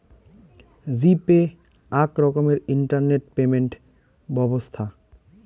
জি pay আক রকমের internet payment ব্যবছ্থা